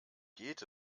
geht